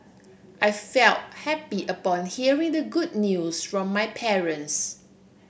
I felt happy upon hearing the good news from my parents